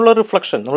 reflection